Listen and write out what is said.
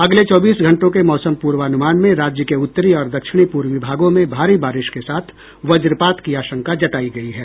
अगले चौबीस घंटों के मौसम पूर्वानुमान में राज्य के उत्तरी और दक्षिणी पूर्वी भागों में भारी बारिश के साथ वज्रपात की आशंका जतायी गयी है